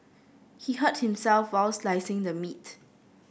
he hurt himself while slicing the meat